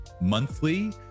monthly